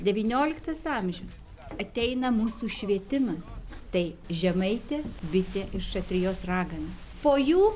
devynioliktas amžius ateina mūsų švietimas tai žemaitė bitė ir šatrijos ragana po jų